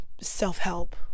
self-help